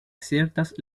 ciertas